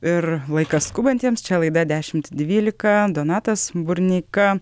ir laikas skubantiems čia laida dešimt dvylika donatas burneika